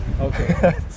Okay